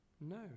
No